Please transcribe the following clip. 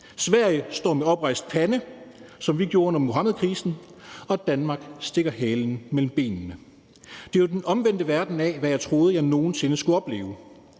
Sverige står med oprejst pande, som vi gjorde under Muhammedkrisen, og Danmark stikker halen mellem benene. Det er jo den omvendte verden af, hvad jeg troede jeg nogen sinde skulle opleve.